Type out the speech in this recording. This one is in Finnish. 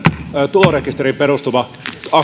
tulorekisteriin perustuva